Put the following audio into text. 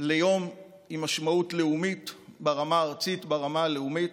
ליום עם משמעות לאומית ברמה הארצית, ברמה הלאומית,